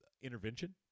intervention